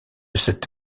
cette